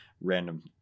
random